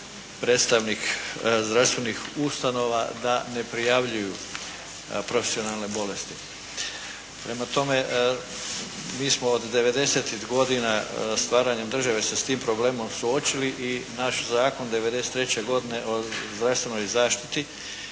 predstavnik zdravstvenih ustanova da ne prijavljuju profesionalne bolesti. Prema tome, mi smo od '90.-tih godina stvaranjem države se s tim problemom suočili i naš zakon '93. godine o zdravstvenoj zaštiti